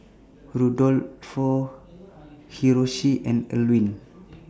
Rudolfo Hiroshi and Elwin